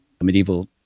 medieval